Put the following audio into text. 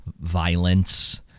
violence